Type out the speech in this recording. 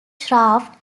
shafts